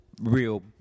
real